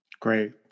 Great